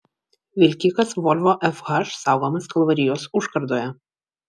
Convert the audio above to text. vilkikas volvo fh saugomas kalvarijos užkardoje